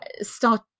start